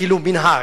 כאילו מנהג.